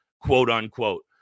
quote-unquote